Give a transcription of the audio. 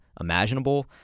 imaginable